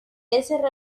ese